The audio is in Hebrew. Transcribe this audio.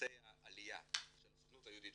ליועצי העלייה של הסוכנות היהודית,